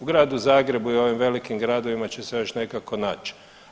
U Gradu Zagrebu i ovim velikim gradovima će se još nekako naći.